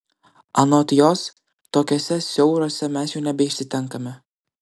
anot jos tokiuose siauriuose mes jau nebeišsitenkame